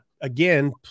again